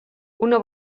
una